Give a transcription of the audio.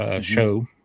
Show